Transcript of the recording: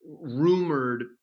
rumored